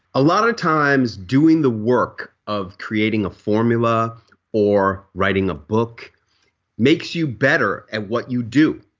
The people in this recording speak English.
a lot of times doing the work of creating a formula or writing a book makes you better at what you do.